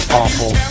awful